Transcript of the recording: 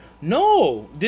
No